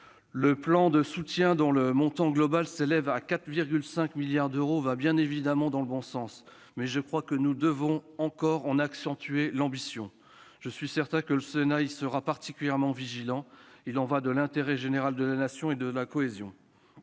Le plan de soutien, dont le montant global s'élève à 4,5 milliards d'euros, va bien évidemment dans le bon sens. Mais je crois que nous devons encore en accentuer l'ambition. Je suis certain que le Sénat y sera particulièrement vigilant. Il y va de l'intérêt général de la Nation et de sa cohésion.